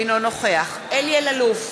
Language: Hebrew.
אינו נוכח אלי אלאלוף,